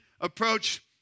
approach